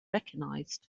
recognized